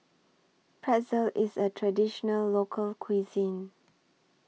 Pretzel IS A Traditional Local Cuisine